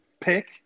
pick